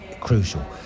crucial